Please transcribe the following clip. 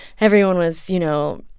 everyone was, you know,